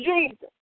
Jesus